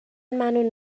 منو